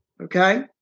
Okay